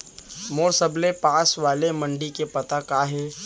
मोर सबले पास वाले मण्डी के पता का हे?